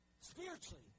spiritually